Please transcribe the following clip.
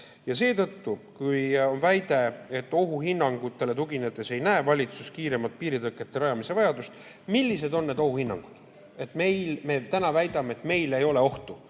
Seetõttu, kui on väide, et ohuhinnangutele tuginedes ei näe valitsus piiritõkete kiirema rajamise vajadust, siis millised on need ohuhinnangud, et me täna väidame, et meil ei ole ohtu,